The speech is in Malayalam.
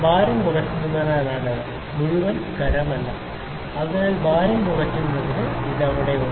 ഭാരം കുറയ്ക്കുന്നതിനാലാണ് ഇത് മുഴുവൻ ഖരമല്ല അതിനാൽ ഭാരം കുറയ്ക്കുന്നതിന് ഇത് അവിടെയുണ്ട്